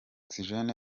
oxygen